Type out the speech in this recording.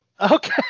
Okay